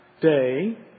day